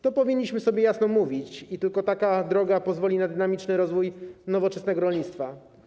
To powinniśmy sobie jasno mówić i tylko taka droga pozwoli na dynamiczny rozwój nowoczesnego rolnictwa.